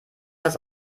das